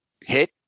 hit